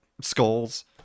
skulls